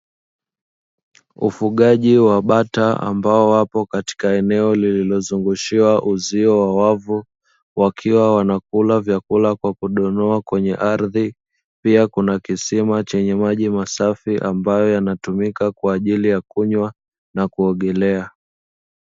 Ufugaji wa bata ambao wapo katika eneo lililozungushiwa uzio wa wavu, wakiwa wanakula vyakula kwa kundondoa kwenye ardhi pia kuna kisima chenye maji masafi ambayo yanatumika kwa ajili ya kunywa na kuogelea.